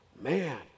Man